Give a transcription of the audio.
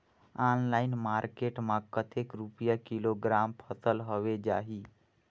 Online market मां कतेक रुपिया किलोग्राम फसल हवे जाही?